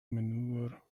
manure